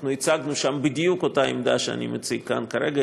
אנחנו הצגנו שם בדיוק את אותה עמדה שאני מציג כאן כרגע,